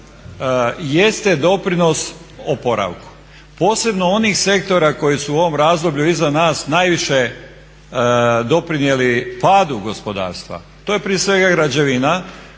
jeste doprinos oporavku posebno onih sektora koji su u ovom razdoblju iza nas najviše doprinijeli padu gospodarstva. To je prije svega i građevina